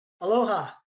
Aloha